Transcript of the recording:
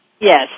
Yes